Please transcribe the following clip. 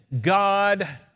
God